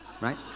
right